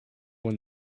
when